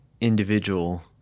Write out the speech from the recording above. individual